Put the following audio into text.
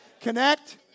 connect